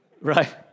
Right